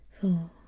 four